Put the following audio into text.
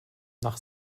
nach